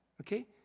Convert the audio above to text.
Okay